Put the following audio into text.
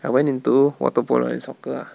I went into water polo and soccer ah